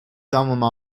alma